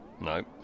no